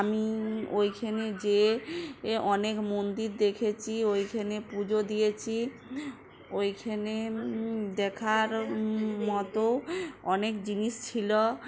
আমি ওইখানে যেয়ে এ অনেক মন্দির দেখেছি ওইখেনে পুজো দিয়েছি ওইখানে দেখার মতো অনেক জিনিস ছিলো